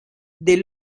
del